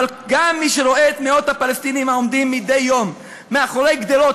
אבל גם מי שרואה את מאות הפלסטינים העומדים מדי יום מאחורי גדרות,